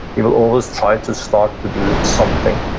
he will always try to start to do something,